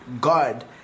God